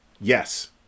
yes